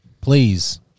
Please